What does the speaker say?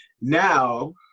Now